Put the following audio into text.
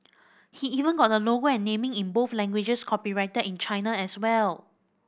he even got the logo and naming in both languages copyrighted in China as well